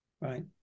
right